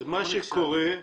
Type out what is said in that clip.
להיכשל.